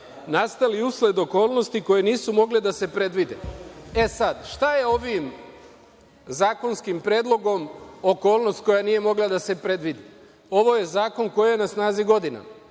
Nastali usled okolnosti koje nisu mogle da se predvide.E sad, šta je ovim zakonskim predlogom okolnost koja nije mogla da se predvidi? Ovo je zakon koji je na snazi godinama.